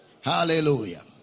hallelujah